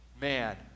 man